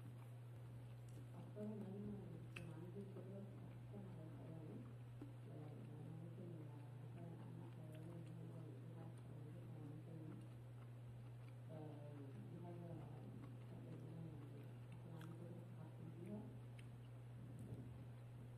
اختار ان انا يكون عندى القدرة فى التحكم على الحيوانات, ان انا ممكن مثلا امنع حيوان انه هو ياذى حد, او ياذى حيوان تانى, فا دى حاجة احب ان انا يعنى يكون عنود قدرة تحكم فيها